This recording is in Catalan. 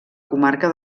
comarca